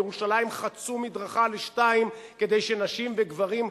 בירושלים חצו מדרכה לשניים כדי שנשים וגברים,